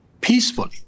peacefully